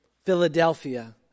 Philadelphia